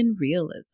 realism